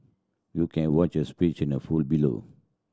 you can watch his speech in a full below